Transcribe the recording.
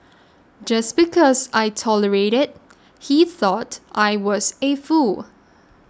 just because I tolerated he thought I was a fool